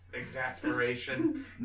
exasperation